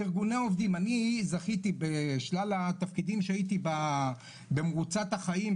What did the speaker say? ארגוני העובדים - אני זכיתי בשלל התפקידים שהייתי במרוצת החיים,